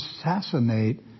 assassinate